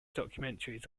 documentaries